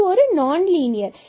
இது ஒரு நான்லீனியர்